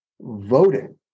voting